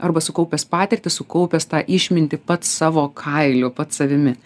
arba sukaupęs patirtį sukaupęs tą išmintį pats savo kailiu pats savimi